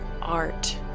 art